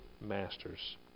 masters